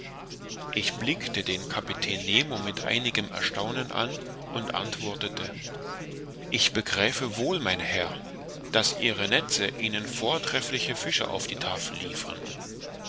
ich blickte den kapitän nemo mit einigem erstaunen an und antwortete ich begreife wohl mein herr daß ihre netze ihnen vortreffliche fische auf die tafel liefern